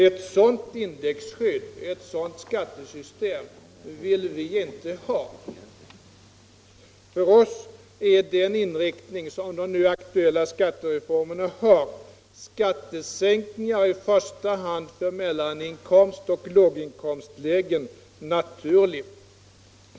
Ett sådant skattesystem vill vi inte ha. För oss är de nu aktuella skattereformernas inriktning mot skattesänkningar i första hand för mellaninkomstoch låginkomstlägen na turlig.